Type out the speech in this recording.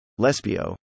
Lespio